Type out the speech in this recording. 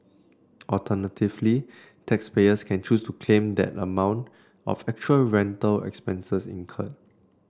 alternatively taxpayers can choose to claim the amount of actual rental expenses incurred